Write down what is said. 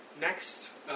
next